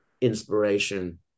inspiration